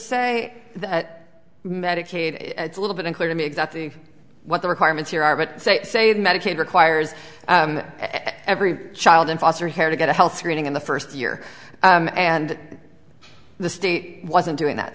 say that medicaid it's a little bit unclear to me exactly what the requirements here are but they say that medicaid requires every child in foster care to get a health screening in the first year and the state wasn't doing that